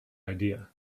idea